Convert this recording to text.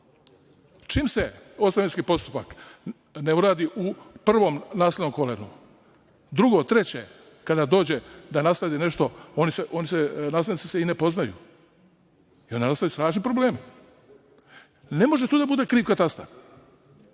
Čim se ostavinski postupak ne uradi u prvom naslednom kolenu, drugo, treće kada dođe da nasledi nešto, naslednici se i ne poznaju. Ne može tu da bude kriv katastar.